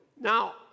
Now